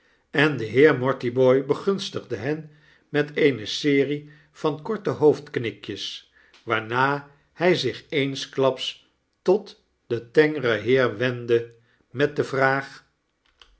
en de heer mortibooi begunstigde hen met eene serie van korte hoofdknikjes waarna hjj zich eensklaps tot den tengeren heer wendde met de vraag